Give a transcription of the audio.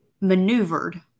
maneuvered